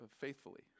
faithfully